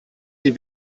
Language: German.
sie